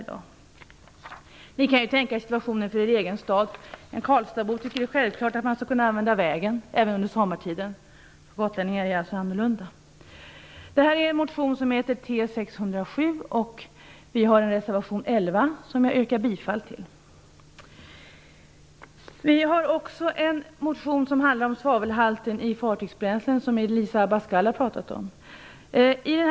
Ni kan tänka er en motsvarande situation i er egen stad! En Karlstadsbo tycker att det är självklart att kunna använda vägen även under sommartiden, men för gotlänningar är det alltså annorlunda. Motionen har beteckningen T607. Jag yrkar bifall till vår reservation 11. Vi har också väckt en motion om bl.a. svavelhalten i fartygsbränslen, vilken har berörts av Elisa Abascal Reyes.